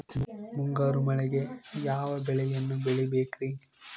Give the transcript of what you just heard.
ಮುಂಗಾರು ಮಳೆಗೆ ಯಾವ ಬೆಳೆಯನ್ನು ಬೆಳಿಬೇಕ್ರಿ?